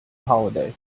holiday